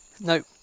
Nope